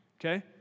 okay